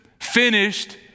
finished